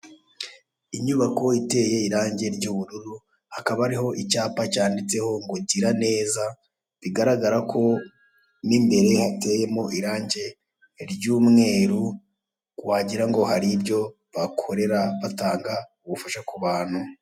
Inyubako iteye irange ry'ubururu hakaba hariho icyapa cyanditseho ngo "GIRANEZA", bigaragara ko mu imbere hateyemo irange ry'umweru wagira ngo haribyo bakorera/batanga ubufasha ku bantu.